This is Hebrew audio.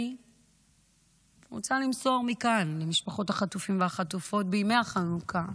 אני רוצה למסור מכאן למשפחות החטופים והחטופות בימי החנוכה: